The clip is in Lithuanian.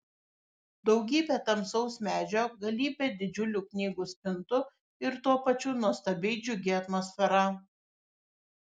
daugybė tamsaus medžio galybė didžiulių knygų spintų ir tuo pačiu nuostabiai džiugi atmosfera